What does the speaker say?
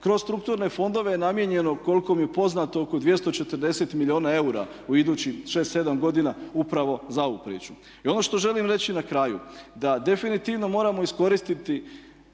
Kroz strukturne fondove je namijenjeno koliko mi je poznato oko 240 milijuna eura u idućih 6,7 godina upravo za ovu priču. I ono što želim reći na kraju da definitivno moramo iskoristiti